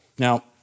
Now